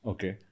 Okay